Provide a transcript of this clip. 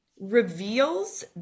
reveals